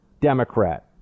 Democrat